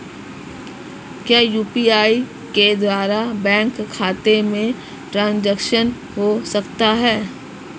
क्या यू.पी.आई के द्वारा बैंक खाते में ट्रैन्ज़ैक्शन हो सकता है?